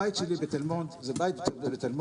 הבית שלי בתל-מונד הוא בית פרטי,